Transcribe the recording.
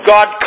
God